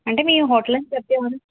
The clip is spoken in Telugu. అంటే మేము హోటల్ నుంచి తెప్పియమండి